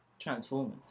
Transformers